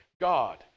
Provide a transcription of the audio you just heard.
god